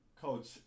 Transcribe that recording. coach